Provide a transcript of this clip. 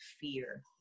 fear